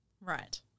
right